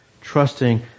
trusting